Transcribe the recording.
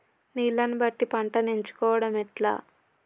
నీళ్లని బట్టి పంటను ఎంచుకోవడం ఎట్లా?